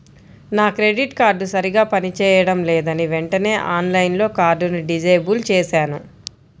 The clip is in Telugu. నా క్రెడిట్ కార్డు సరిగ్గా పని చేయడం లేదని వెంటనే ఆన్లైన్లో కార్డుని డిజేబుల్ చేశాను